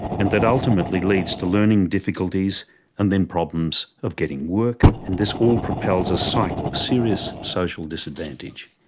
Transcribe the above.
and that ultimately leads to learning difficulties and then problems of getting work. and this all propels a cycle of serious social disadvantage.